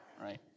right